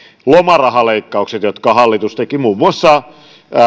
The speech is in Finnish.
lomarahaleikkaukset jotka hallitus teki muun muassa